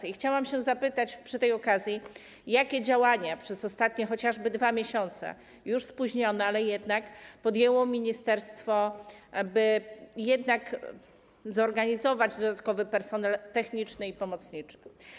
I chciałabym zapytać przy tej okazji, jakie działania przez ostatnie chociażby dwa miesiące - już spóźnione, ale jednak - podjęło ministerstwo, by jednak zorganizować dodatkowy personel techniczny i pomocniczy.